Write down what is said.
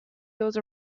those